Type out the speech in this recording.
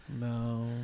No